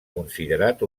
considerat